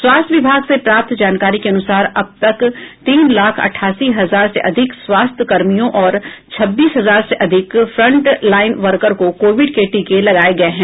स्वास्थ्य विभाग से प्राप्त जानकारी के अनुसार अब तक तीन लाख अठासी हजार से अधिक स्वास्थ्य कर्मियों और छब्बीस हजार से अधिक फ्रंट लाईन वर्कर को कोविड के टीके लगाये गये हैं